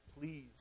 please